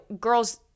girls